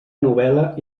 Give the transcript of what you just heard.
novel·la